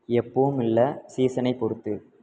எப்போவும் இல்லை சீசனை பொறுத்து